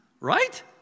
right